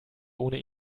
ohne